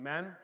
Amen